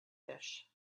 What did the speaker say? dish